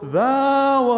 Thou